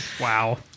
Wow